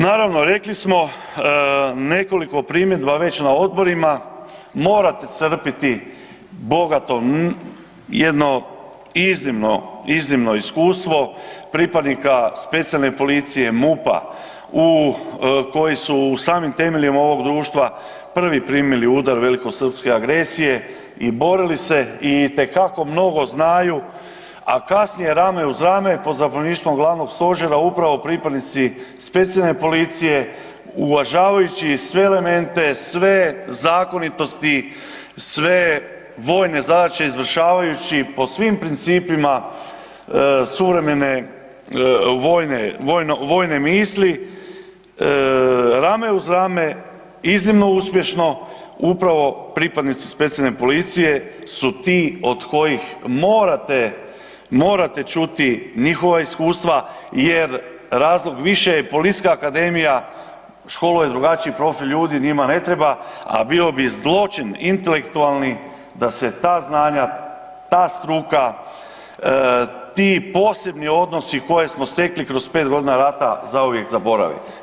Naravno rekli smo nekoliko primjedaba već na odborima, morate crpiti bogato jedno iznimno, iznimno iskustvo pripadnika specijalne policije MUP-a u koji su u samim temeljima ovoga društva prvi primili udar velikosrpske agresije i borili se i itekako mnogo znaju, a kasnije rame uz rame pod zapovjedništvom glavnog stožera upravo pripadnici specijalne policije uvažavajući sve elemente sve zakonitosti, sve vojne zadaće izvršavajući po svim principima suvremene vojne misli rame uz rame, iznimno uspješno upravo pripadnici specijalne policije su ti od kojih morate, morate čuti njihova iskustava jer razlog više je Policijska akademija školuje drugačiji profil ljudi njima ne treba, a bio bi zločin intelektualni da se ta znanja, ta struka, ti posebni odnosi koje smo stekli kroz 5 godina rata zauvijek zaborave.